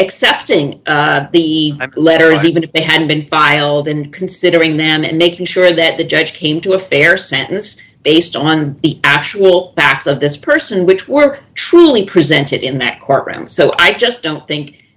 excepting the letters even if they had been filed and considering them and making sure that the judge came to a fair sentence based on the actual facts of this person which were truly presented in that courtroom so i just don't think